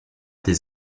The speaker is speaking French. des